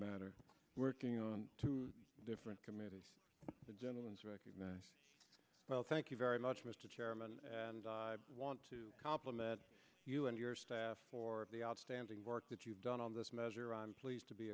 matter working on two different committees the gentleman's recognized well thank you very much mr chairman and i want to compliment you and your staff for the outstanding work that you've done on this measure i'm pleased to be